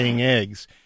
eggs